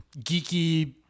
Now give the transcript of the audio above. geeky